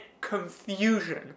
confusion